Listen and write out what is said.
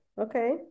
okay